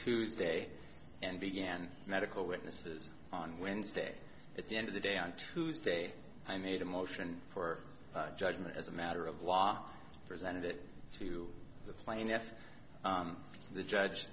tuesday and began medical witnesses on wednesday at the end of the day on tuesday i made a motion for judgment as a matter of law presented it to the plaintiffs the judge